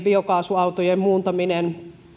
biokaasuautoiksi muuntaminen